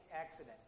accident